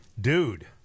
Dude